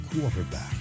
quarterback